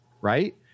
Right